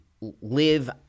live